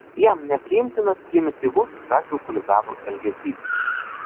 jam nepriimtinas primityvus gatvių chuliganų elgesys